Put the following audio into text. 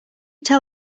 tell